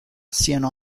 siano